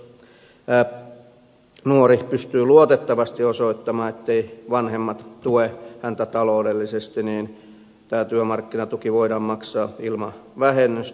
jos nuori pystyy luotettavasti osoittamaan etteivät vanhemmat tue häntä taloudellisesti tämä työmarkkinatuki voidaan maksaa ilman vähennystä